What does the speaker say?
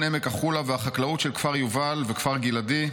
העמק והחקלאות של כפר יובל וכפר גלעדי,